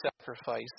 sacrifice